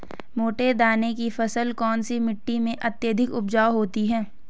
मोटे दाने की फसल कौन सी मिट्टी में अत्यधिक उपजाऊ होती है?